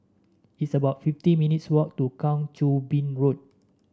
it's about fifty minutes' walk to Kang Choo Bin Road